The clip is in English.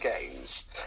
games